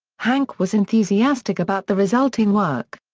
hanke was enthusiastic about the resulting work.